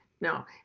no